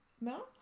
No